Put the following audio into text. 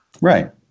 Right